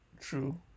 True